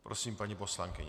Prosím, paní poslankyně.